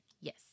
Yes